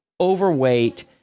overweight